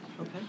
Okay